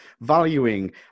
valuing